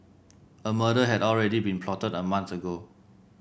a murder had already been plotted a month ago